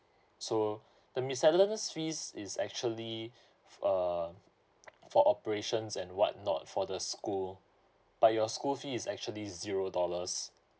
so the miscellaneous fees is actually uh for operations and whatnot for the school but your school fee is actually zero dollars